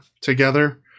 together